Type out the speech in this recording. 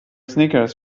snickers